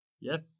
Yes